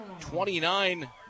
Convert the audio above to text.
29